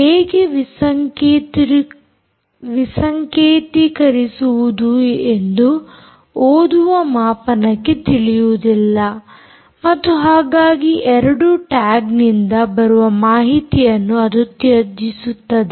ಹೇಗೆ ವಿಸಂಕೇತಿಕರಿಸುವುದು ಎಂದು ಓದುವ ಮಾಪನಕ್ಕೆ ತಿಳಿಯುವುದಿಲ್ಲ ಮತ್ತು ಹಾಗಾಗಿ ಎರಡು ಟ್ಯಾಗ್ನಿಂದ ಬರುವ ಮಾಹಿತಿಯನ್ನು ಅದು ತ್ಯಜಿಸುತ್ತದೆ